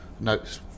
notes